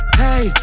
hey